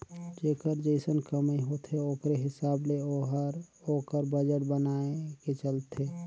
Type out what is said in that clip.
जेकर जइसन कमई होथे ओकरे हिसाब ले ओहर ओकर बजट बनाए के चलथे